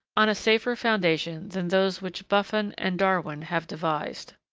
on a safer foundation than those which buffon and darwin have devised.